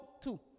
two